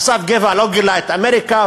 אסף גבע לא גילה את אמריקה,